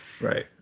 Right